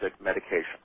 medication